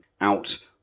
out